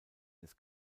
des